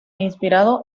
inspirado